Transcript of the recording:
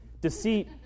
Deceit